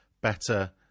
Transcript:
better